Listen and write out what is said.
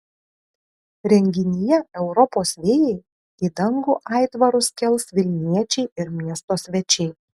renginyje europos vėjai į dangų aitvarus kels vilniečiai ir miesto svečiai